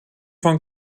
van